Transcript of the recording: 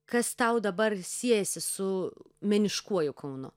kas tau dabar siejasi su meniškuoju kaunu